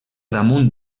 damunt